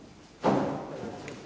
Hvala.